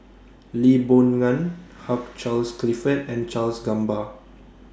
Lee Boon Ngan Hugh Charles Clifford and Charles Gamba